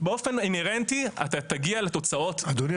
באופן אינהרנטי אתה תגיע לתוצאות --- אדוני,